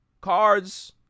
Cards